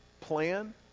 plan